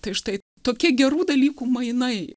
tai štai tokie gerų dalykų mainai